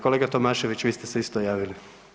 Kolega Tomašević vi ste se isto javili.